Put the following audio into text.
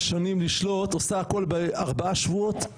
שנים לשלוט ועושה הכל בארבעה שבועות,